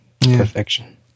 perfection